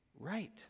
right